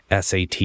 sat